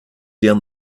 down